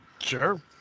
Sure